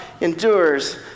endures